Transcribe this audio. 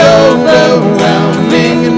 overwhelming